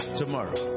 tomorrow